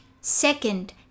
Second